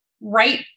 right